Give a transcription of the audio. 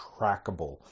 trackable